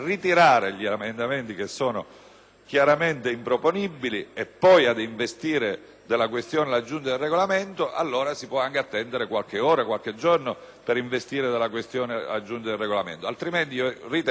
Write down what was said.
chiaramente improponibili e poi ad investire della questione la Giunta per il Regolamento, allora si può anche attendere qualche ora e qualche giorno per investire della questione la Giunta stessa; altrimenti ritengo che, proprio per poter